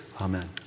Amen